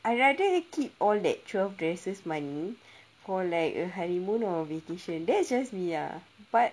I rather keep all that twelve dresses money for like a honeymoon or vacation that's just me ah but